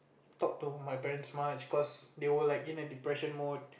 talk to my parents much cause they were like in a depression mood